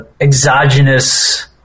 exogenous